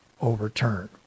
overturned